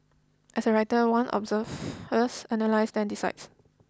as a writer one observes first analyses and then decides